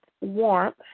warmth